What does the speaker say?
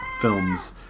films